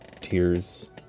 tears